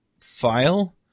file